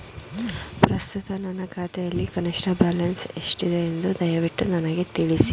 ಪ್ರಸ್ತುತ ನನ್ನ ಖಾತೆಯಲ್ಲಿ ಕನಿಷ್ಠ ಬ್ಯಾಲೆನ್ಸ್ ಎಷ್ಟಿದೆ ಎಂದು ದಯವಿಟ್ಟು ನನಗೆ ತಿಳಿಸಿ